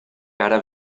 cara